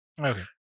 Okay